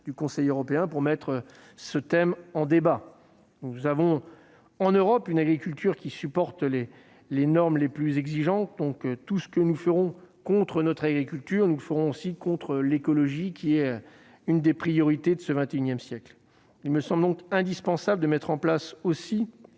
de l'Union européenne pour mettre ce thème en débat. Nous avons, en Europe, une agriculture qui supporte les normes les plus exigeantes, donc tout ce que nous ferons contre notre agriculture, nous le ferons aussi contre l'écologie, qui est une des priorités du XXI siècle. Il me semble également indispensable de mettre en place des